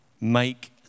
Make